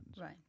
Right